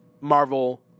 Marvel